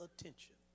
attention